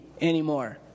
anymore